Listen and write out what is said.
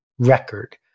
record